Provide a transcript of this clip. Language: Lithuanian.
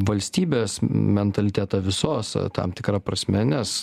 valstybės mentalitetą visos tam tikra prasme nes